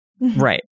Right